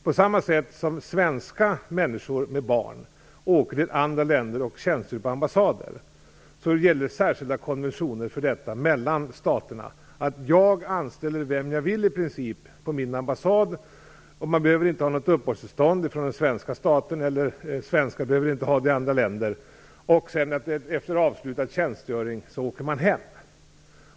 På samma sätt som för svenska människor med barn åker till andra länder och tjänstgör på ambassader gäller särskilda konventioner för detta mellan staterna. Jag anställer i princip vem jag vill på min ambassad. Man behöver inte ha något uppehållstillstånd från den svenska staten, och svenskar behöver inte ha det i andra länder, och efter avslutad tjänstgöring åker man hem.